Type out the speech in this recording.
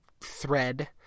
thread